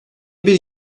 bir